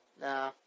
No